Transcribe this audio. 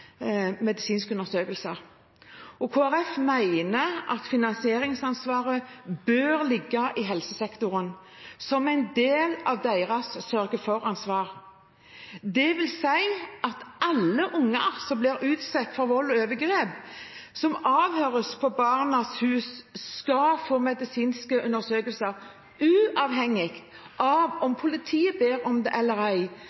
medisinske undersøkelser. Kristelig Folkeparti mener at finansieringsansvaret bør ligge i helsesektoren, som en del av deres sørge for-ansvar. Det vil si at alle barn som blir utsatt for vold og overgrep, og som avhøres på barnehus, skal få medisinske undersøkelser. Uavhengig av om politiet ber om det eller ei,